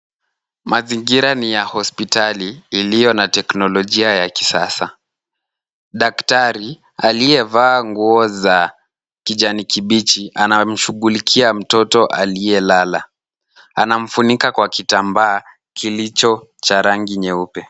Mazingira ni ya hospitali iliyo na teknolojia ya kisasa. Daktari aliyevaa nguo za kijani kibichi anamshughulikia mtoto aliyelala. Anamfunika kwa kitambaa kilicho cha rangi nyeupe.